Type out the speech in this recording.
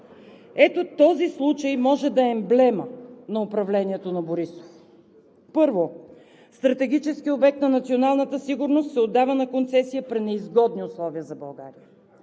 Ето този случай може да е емблема на управлението на Борисов. Първо, стратегически обект на националната сигурност се отдава на концесия при неизгодни условия за България.